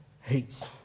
hates